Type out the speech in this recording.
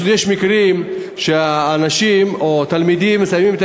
יש מקרים שהאנשים או התלמידים מסיימים את